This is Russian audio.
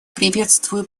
приветствую